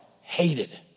hated